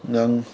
ꯉꯥꯡ